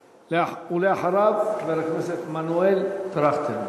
ואחריו, חבר הכנסת מנואל טרכטנברג.